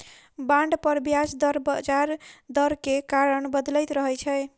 bond पर ब्याज दर बजार दर के कारण बदलैत रहै छै